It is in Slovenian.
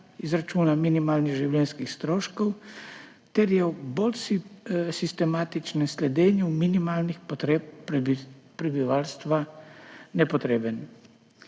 izračuna minimalnih življenjskih stroškov ter ob bolj sistematičnem sledenju minimalnih potreb prebivalstva nepotreben.